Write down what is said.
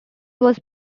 was